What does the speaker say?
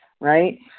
right